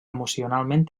emocionalment